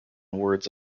words